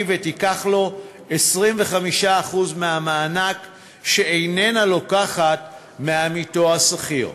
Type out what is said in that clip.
ותיקח לו 25% מהמענק שאיננה לוקחת מעמיתו השכיר.